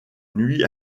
nuit